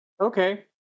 Okay